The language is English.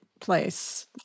place